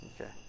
Okay